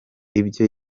ibyo